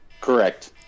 correct